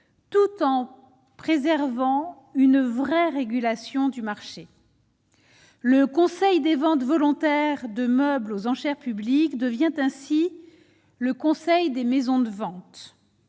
tout en préservant une vraie régulation du marché. Le Conseil des ventes volontaires de meubles aux enchères publiques devient ainsi le Conseil des maisons de vente